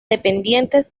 dependientes